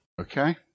Okay